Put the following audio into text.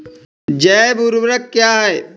जैव ऊर्वक क्या है?